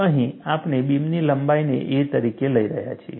અહીં આપણે બીમની લંબાઈને a તરીકે લઈ રહ્યા છીએ